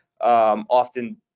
often